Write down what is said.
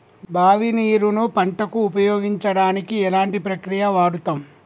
బావి నీరు ను పంట కు ఉపయోగించడానికి ఎలాంటి ప్రక్రియ వాడుతం?